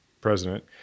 president